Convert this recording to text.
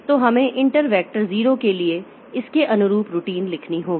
तो हमें inter vector 0 के लिए इसके अनुरूप रूटीन लिखनी होगी